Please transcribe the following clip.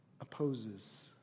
opposes